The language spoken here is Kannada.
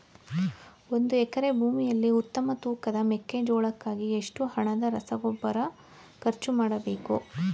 ಒಂದು ಎಕರೆ ಭೂಮಿಯಲ್ಲಿ ಉತ್ತಮ ತೂಕದ ಮೆಕ್ಕೆಜೋಳಕ್ಕಾಗಿ ಎಷ್ಟು ಹಣದ ರಸಗೊಬ್ಬರ ಖರ್ಚು ಮಾಡಬೇಕು?